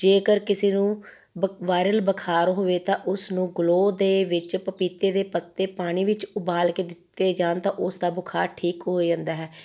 ਜੇਕਰ ਕਿਸੇ ਨੂੰ ਬ ਵਾਇਰਲ ਬੁਖਾਰ ਹੋਵੇ ਤਾਂ ਉਸਨੂੰ ਗਲੋ ਦੇ ਵਿੱਚ ਪਪੀਤੇ ਦੇ ਪੱਤੇ ਪਾਣੀ ਵਿੱਚ ਉਬਾਲ ਕੇ ਦਿੱਤੇ ਜਾਣ ਤਾਂ ਉਸ ਦਾ ਬੁਖਾਰ ਠੀਕ ਹੋ ਜਾਂਦਾ ਹੈ